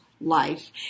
life